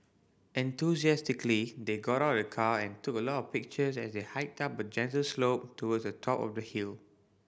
enthusiastically they got out of the car and took a lot of pictures as they hiked up a gentle slope towards the top of the hill